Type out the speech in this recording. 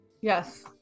Yes